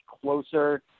closer